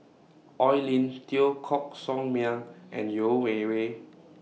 Oi Lin Teo Koh Sock Miang and Yeo Wei Wei